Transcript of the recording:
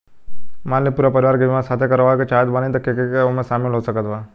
मान ली पूरा परिवार के बीमाँ साथे करवाए के चाहत बानी त के के ओमे शामिल हो सकत बा?